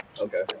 Okay